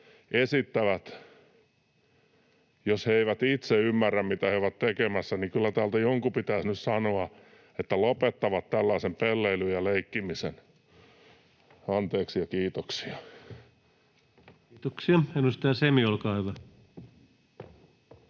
esittävät. Jos he eivät itse ymmärrä, mitä he ovat tekemässä, niin kyllä täältä jonkun pitäisi nyt sanoa, että lopettavat tällaisen pelleilyn ja leikkimisen. — Anteeksi ja kiitoksia. [Speech 124] Speaker: